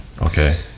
Okay